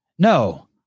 No